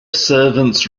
servants